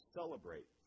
celebrate